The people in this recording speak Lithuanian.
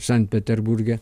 sankt peterburge